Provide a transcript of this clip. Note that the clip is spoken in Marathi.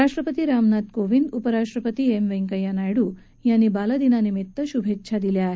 राष्ट्रपती रामनाथ कोविंद उपराष्ट्रपती एम व्यंकय्या नायडू यांनी बालदिनाच्या शुभेच्छा दिल्या आहेत